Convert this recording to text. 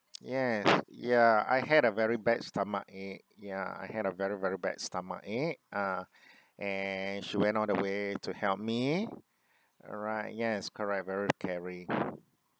yes yeah I had a very bad stomach ache ya I had a very very bad stomach ache ah and she went all the way to help me around yes correct very caring